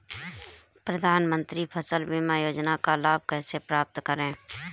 प्रधानमंत्री फसल बीमा योजना का लाभ कैसे प्राप्त करें?